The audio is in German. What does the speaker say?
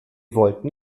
wollten